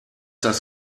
das